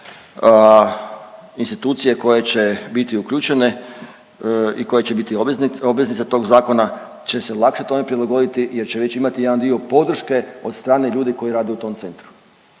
institucije koje će biti uključene i koje će biti obveznice tog zakona će se lakše tome prilagoditi jer će već imati jedan dio podrške od strane ljudi koji rade u tom centru